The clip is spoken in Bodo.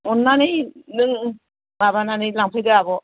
अन्नानै नों माबानानै लांफैदो आब'